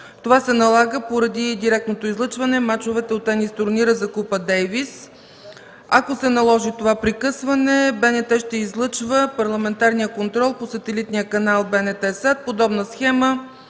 Това се налага поради директното излъчване на мачовете от тенис турнира за купа „Дейвис”. Ако се наложи това прекъсване, БНТ ще излъчва парламентарния контрол по сателитния канал „БНТ Свят”. Подобна схема